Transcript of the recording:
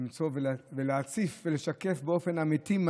צריכים למצוא ולהציף ולשקף באופן אמיתי את